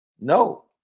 No